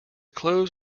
clothes